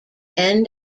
end